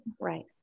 right